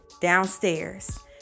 downstairs